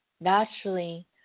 Naturally